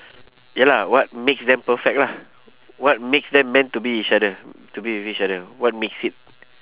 ya lah what makes them perfect lah what makes them meant to be each other to be with each other what makes it